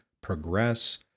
progress